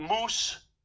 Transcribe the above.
Moose